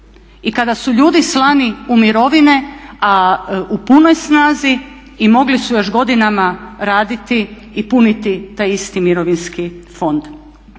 i kada su ljudi slani u mirovine,a u punoj snazi i mogli su još godinama raditi i puniti taj isti Mirovinski fond.